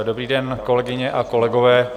Dobrý den, kolegyně a kolegové.